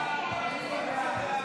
סעיף 24, כהצעת הוועדה,